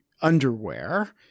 underwear